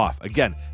Again